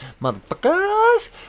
motherfuckers